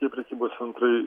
tie prekybos centrai